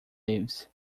lives